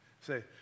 Say